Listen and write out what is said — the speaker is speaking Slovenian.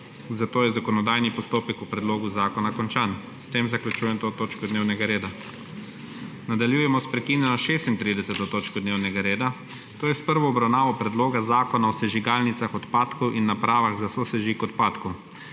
zato je zakonodajni postopek o predlogu zakona končan. S tem zaključujem to točko dnevnega reda. Nadaljujemo sprekinjeno 36. točko dnevnega reda, to je s prvo obravnavo Predloga zakona o sežigalnicah odpadkov in napravah za sosežig odpadkov.